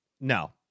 No